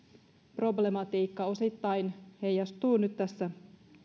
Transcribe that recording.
problematiikka osittain heijastuu nyt tässä